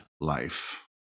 life